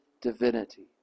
divinity